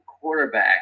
quarterback